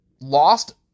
lost